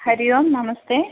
हरिः ओम् नमस्ते